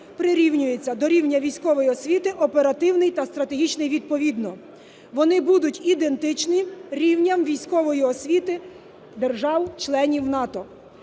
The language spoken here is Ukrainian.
прирівнюється до рівня військової освіти "оперативний" та "стратегічний" відповідно. Вони будуть ідентичні рівням військової освіти держав-членів НАТО.